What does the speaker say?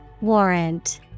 Warrant